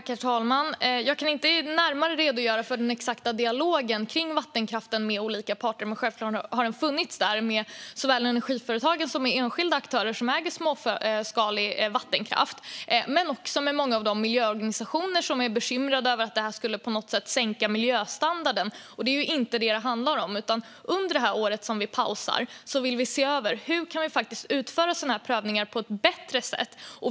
Herr talman! Jag kan inte närmare redogöra för den exakta dialogen om vattenkraften med olika parter. Men självklart har dialog förts såväl med Energiföretagen och enskilda aktörer som äger småskalig vattenkraft som med många av de miljöorganisationer som är bekymrade över att det här på något sätt skulle sänka miljöstandarden, vilket det inte handlar om. Under det här året, då vi pausar prövningarna, vill vi se över hur vi kan utföra dem på ett bättre sätt.